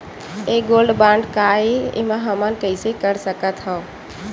ये gold bond काय ए एमा हमन कइसे कर सकत हव?